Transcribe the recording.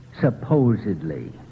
supposedly